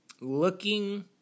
Looking